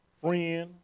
friend